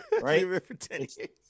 Right